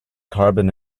carbon